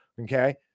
okay